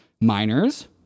Miners